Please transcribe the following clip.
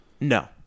No